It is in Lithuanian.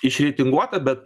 išreitinguota bet